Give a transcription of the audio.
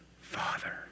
father